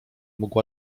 mógł